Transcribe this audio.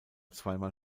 zweimal